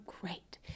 great